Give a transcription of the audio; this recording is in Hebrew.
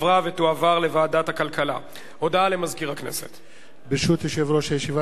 התשע"א 2011, לדיון מוקדם בוועדת הכלכלה